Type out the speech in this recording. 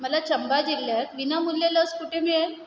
मला चंबा जिल्ह्यात विनामूल्य लस कुठे मिळेल